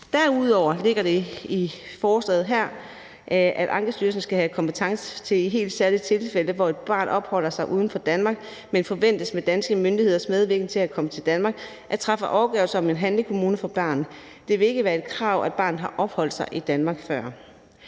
Derudover ligger det i forslaget her, at Ankestyrelsen skal have kompetence til i helt særlige tilfælde, hvor et barn opholder sig uden for Danmark, men forventes med danske myndigheders medvirken at komme til Danmark, at træffe afgørelse om en handlekommune for barnet. Det vil ikke være et krav, at barnet har opholdt sig i Danmark før.